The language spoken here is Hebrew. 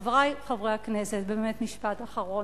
חברי חברי הכנסת, באמת משפט אחרון,